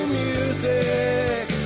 music